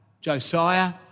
Josiah